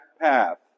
path